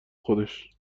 خودش